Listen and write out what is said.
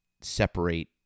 separate